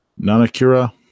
Nanakura